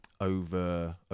over